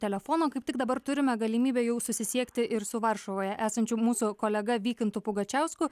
telefono kaip tik dabar turime galimybę jau susisiekti ir su varšuvoje esančiu mūsų kolega vykintu pugačiausku